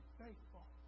faithful